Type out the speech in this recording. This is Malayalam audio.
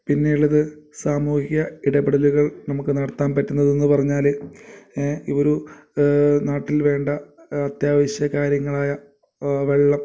പിന്നെ ഉള്ളത് സാമൂഹിക ഇടപെടലുകൾ നമുക്ക് നടത്താൻ പറ്റുന്നതെന്നു പറഞ്ഞാൽ ഈ ഒരു നാട്ടിൽ വേണ്ട അത്യാവശ്യ കാര്യങ്ങളായ വെള്ളം